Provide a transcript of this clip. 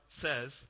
says